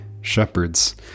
shepherds